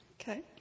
Okay